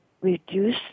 reduce